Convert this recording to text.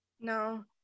No